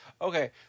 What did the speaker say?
Okay